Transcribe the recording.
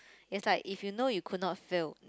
is like if you know you could not fail